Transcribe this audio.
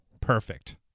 Perfect